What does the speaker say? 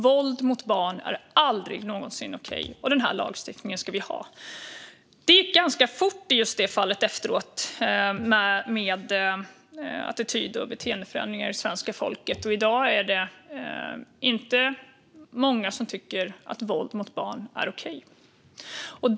Våld mot barn är aldrig någonsin okej, och den här lagstiftningen ska vi ha. Det gick ganska fort i just det fallet efteråt med attityd och beteendeförändringar hos svenska folket. I dag är det inte många som tycker att våld mot barn är okej.